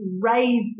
raise